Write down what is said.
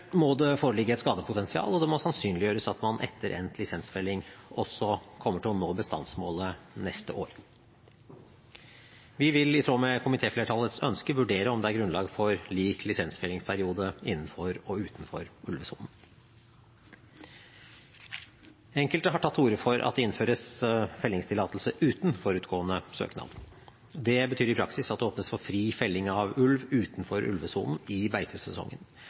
må det foreligge et skadepotensial, og det må sannsynliggjøres at man etter endt lisensfelling også kommer til å nå bestandsmålet neste år. Vi vil, i tråd med komitéflertallets ønske, vurdere om det er grunnlag for lik lisensfellingsperiode innenfor og utenfor ulvesonen. Enkelte har tatt til orde for at det innføres fellingstillatelse uten forutgående søknad. Det betyr i praksis at det åpnes for fri felling av ulv utenfor ulvesonen i beitesesongen.